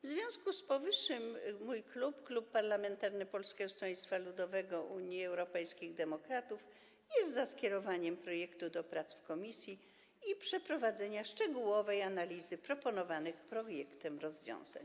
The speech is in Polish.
W związku z powyższym mój klub, Klub Poselski Polskiego Stronnictwa Ludowego - Unii Europejskich Demokratów jest za skierowaniem projektu do prac w komisji i przeprowadzeniem szczegółowej analizy proponowanych w projekcie rozwiązań.